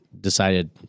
decided